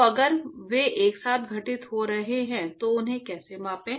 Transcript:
तो अगर वे एक साथ घटित हो रहे हैं तो उन्हें कैसे मापें